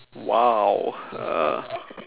!wow! uh